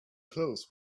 clothes